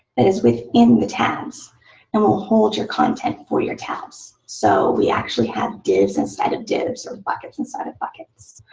that is within the tabs and will hold your content for your tabs. so we actually have divs inside of divs, or buckets inside of buckets.